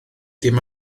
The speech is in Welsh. dim